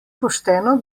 pošteno